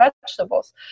vegetables